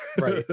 Right